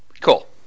cool